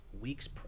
weeks